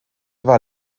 war